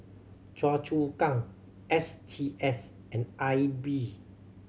Choa Chu Kang S T S and I B